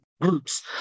groups